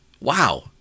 Wow